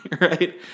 right